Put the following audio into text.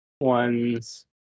ones